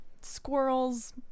squirrels